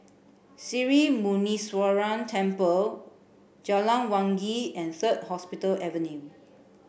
Sri Muneeswaran Temple Jalan Wangi and Third Hospital Avenue